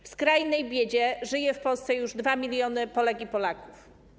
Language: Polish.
W skrajnej biedzie żyje w Polsce już 2 mln Polek i Polaków.